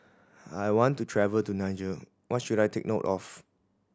I want to travel to Niger what should I take note of